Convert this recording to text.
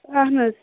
آہَن حظ